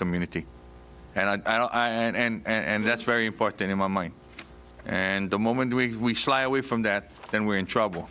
community and iran and that's very important in my mind and the moment we fly away from that then we're in trouble